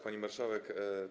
Pani Marszałek!